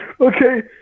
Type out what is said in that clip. Okay